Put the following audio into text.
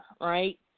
right